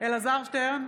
אלעזר שטרן,